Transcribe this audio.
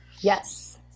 Yes